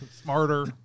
smarter